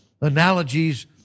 analogies